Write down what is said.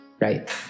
Right